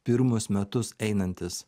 pirmus metus einantis